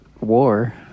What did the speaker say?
war